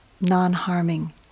non-harming